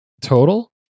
Total